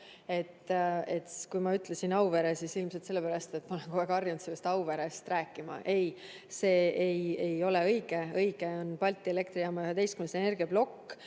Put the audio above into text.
Ma ütlesin Auvere ilmselt sellepärast, et ma olen kogu aeg harjunud Auverest rääkima. Ei, see ei ole õige. Õige on Balti Elektrijaama 11. energiaplokk,